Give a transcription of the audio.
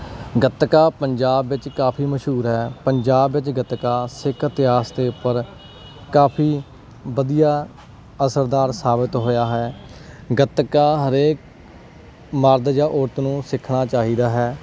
ਗਤਕਾ ਪੰਜਾਬ ਵਿੱਚ ਕਾਫੀ ਮਸ਼ਹੂਰ ਹੈ ਪੰਜਾਬ ਵਿੱਚ ਗਤਕਾ ਸਿੱਖ ਇਤਿਹਾਸ ਦੇ ਉੱਪਰ ਕਾਫੀ ਵਧੀਆ ਅਸਰਦਾਰ ਸਾਬਿਤ ਹੋਇਆ ਹੈ ਗਤਕਾ ਹਰੇਕ ਮਾਰਦ ਜਾਂ ਔਰਤ ਨੂੰ ਸਿਖਣਾ ਚਾਹੀਦਾ ਹੈ